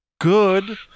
good